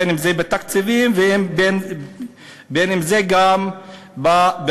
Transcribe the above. בין אם זה בתקציבים ובין אם זה גם ברמת